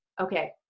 okay